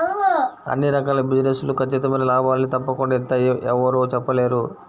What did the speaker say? అన్ని రకాల బిజినెస్ లు ఖచ్చితమైన లాభాల్ని తప్పకుండా ఇత్తయ్యని యెవ్వరూ చెప్పలేరు